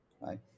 right